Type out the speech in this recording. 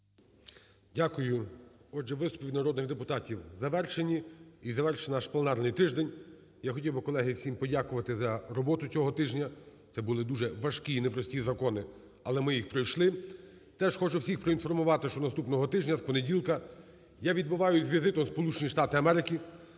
Дякую. Отже, виступи від народних депутатів завершені і завершений наш пленарний тиждень. Я хотів би колеги всім подякувати за роботу цього тижня. Це були важкі не прості закони, але ми їх пройшли. Теж хочу всіх проінформувати, що наступного тижня з понеділка я відбуваю з візитом в Сполучені Штати Америки